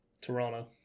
Toronto